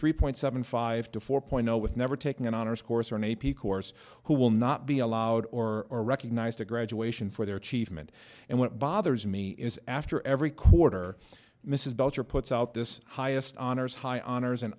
three point seven five to four point zero with never taking an honors course or an a p course who will not be allowed or recognized at graduation for their achievement and what bothers me is after every quarter mrs belcher puts out this highest honors high honors an